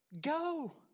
Go